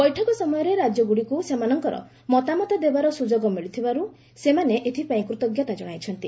ବୈଠକ ସମୟରେ ରାଜ୍ୟଗୁଡ଼ିକୁ ସେମାନଙ୍କର ମତାମତ ଦେବାର ସୁଯୋଗ ମିଳିଥିବାରୁ ସେମାନେ ଏଥିପାଇଁ କୃତଜ୍ଞତା ଜଣାଇଛନ୍ତି